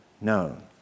known